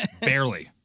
Barely